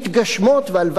והלוואי שיתגשמו.